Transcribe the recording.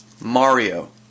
Mario